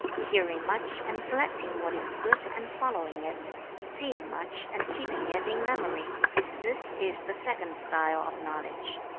hearing much and selecting what is good and following it seeing much and keeping it in memory this is the second style of knowledge